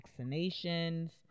vaccinations